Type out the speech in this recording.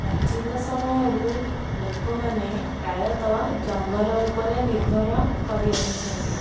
ପ୍ରାଚୀନ ସମୟରୁ ଲୋକ ମାନେ ପ୍ରାୟତଃ ଜଙ୍ଗଲ ଉପରେ ନିର୍ଭର କରି ଆସିଛନ୍ତି